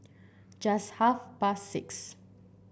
just half past six